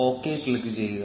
okay click ചെയ്യുക